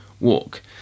walk